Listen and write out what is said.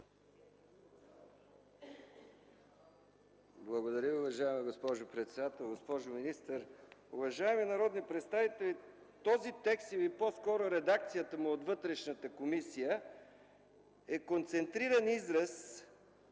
Благодаря Ви, уважаема госпожо председател. Госпожо министър, уважаеми народни представители! Този текст, или по-скоро редакцията му от Вътрешната комисия, е концентриран израз